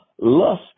lust